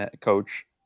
coach